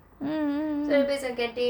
mm mm mm